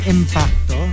Impacto